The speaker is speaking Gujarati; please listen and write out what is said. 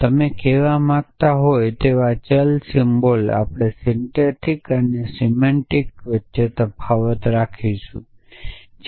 તમે કહેવા માંગતા હોય તેવા ચલ સિમ્બોલ આપણે સિન્ટેક્સ અને સિમેન્ટિક્સ વચ્ચે તફાવત રાખીશું નહીં